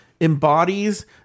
embodies